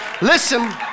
Listen